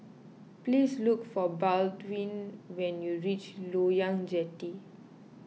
please look for Baldwin when you reach Loyang Jetty